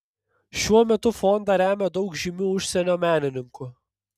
šiuo metu fondą remia daug žymių užsienio menininkų